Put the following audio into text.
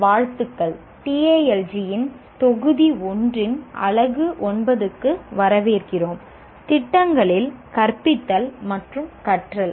வாழ்த்துக்கள் TALG இன் தொகுதி 1 இன் அலகு 9க்கு வரவேற்கிறோம் திட்டங்களில் கற்பித்தல் மற்றும் கற்றல்